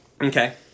Okay